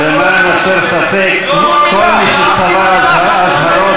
לא אמרת מילה על ההסתה נגד נשיא המדינה.